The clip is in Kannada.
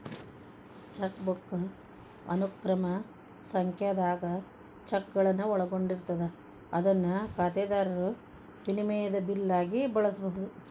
ಚೆಕ್ಬುಕ್ ಅನುಕ್ರಮ ಸಂಖ್ಯಾದಾಗ ಚೆಕ್ಗಳನ್ನ ಒಳಗೊಂಡಿರ್ತದ ಅದನ್ನ ಖಾತೆದಾರರು ವಿನಿಮಯದ ಬಿಲ್ ಆಗಿ ಬಳಸಬಹುದು